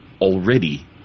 already